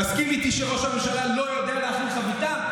תסכים איתי שראש הממשלה לא יודע להכין חביתה.